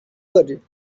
verdict